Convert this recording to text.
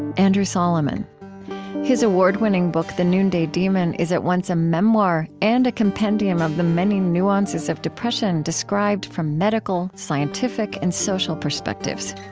andrew solomon his award-winning book, the noonday demon, is at once a memoir and a compendium of the many nuances of depression described from medical, scientific, and social perspectives.